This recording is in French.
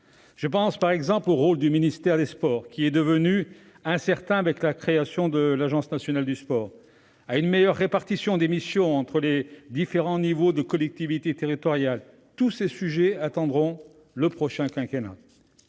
Je pense au rôle du ministère des sports, qui est devenu incertain avec la création de l'Agence nationale du sport (ANS), à une meilleure répartition des missions entre les différents échelons de collectivités territoriales ... Tous ces sujets attendront le prochain quinquennat.